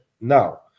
now